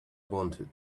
wanted